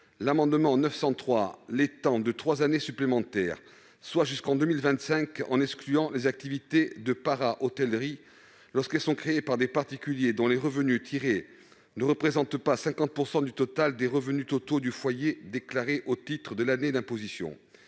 amendement vise à le prolonger de trois années supplémentaires, soit jusqu'en 2025, en excluant les activités de parahôtellerie, lorsqu'elles sont créées par des particuliers dont les revenus ne représentent pas 50 % du total des revenus du foyer déclarés au titre de l'année d'imposition.